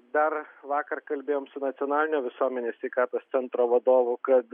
dar vakar kalbėjom su nacionalinio visuomenės sveikatos centro vadovu kad